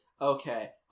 okay